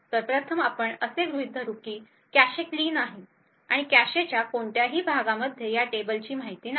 तर प्रथम आपण हे गृहित धरू की कॅशे क्लीन आहे आणि कॅशेच्या कोणत्याही भागामध्ये या टेबलची माहिती नाही